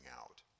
out